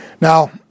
Now